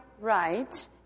right